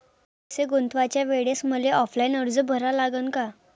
पैसे गुंतवाच्या वेळेसं मले ऑफलाईन अर्ज भरा लागन का?